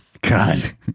God